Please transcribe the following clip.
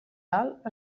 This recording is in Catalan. alt